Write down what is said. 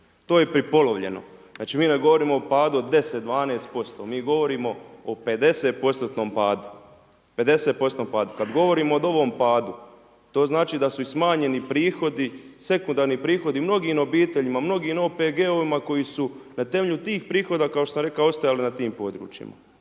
To je prepolovljeno. Znači mi ne govorimo o padu od 10, 12%, mi govorimo o 50%-tnom padu. Kad govorimo o novom padu, to znači da su i smanjeni prihodi, sekundarni prihodi mnogim obiteljima, mnogim OPG-ovima koji su na temelju tih prihoda kao što sam rekao, ostajali na tim područjima.